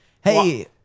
Hey-